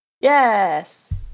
yes